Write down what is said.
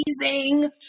amazing